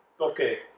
Okay